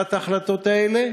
קבלת ההחלטות האלה?